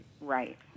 Right